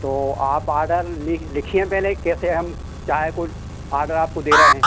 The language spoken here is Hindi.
तो आप आडर लिख लिखिएँ पहले कैसे हम चाय को आडर आपको दे रहे हैं